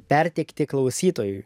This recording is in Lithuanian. perteikti klausytojui